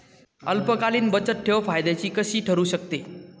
अल्पकालीन बचतठेव फायद्याची कशी ठरु शकते?